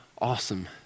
awesome